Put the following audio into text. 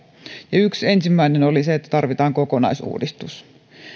ensimmäinen oli se että tarvitaan kokonaisuudistus